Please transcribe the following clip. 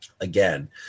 again